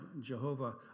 Jehovah